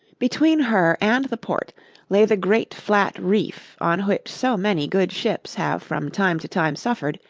between her and the port lay the great flat reef on which so many good ships have from time to time suffered,